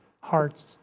heart's